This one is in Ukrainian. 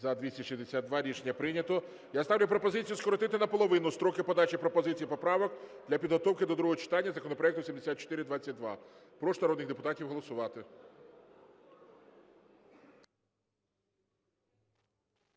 За-262 Рішення прийнято. Я ставлю пропозицію скоротити наполовину строки подачі пропозицій і поправок для підготовки до другого читання законопроекту 7422. Прошу народних депутатів голосувати.